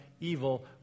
evil